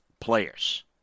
players